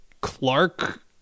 Clark